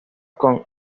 con